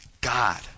God